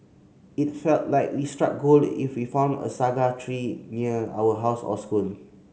it felt like we struck gold if we found a saga tree near our house or school